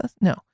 No